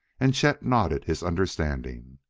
and chet nodded his understanding.